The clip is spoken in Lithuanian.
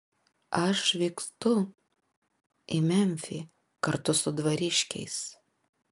aš vykstu į memfį kartu su dvariškiais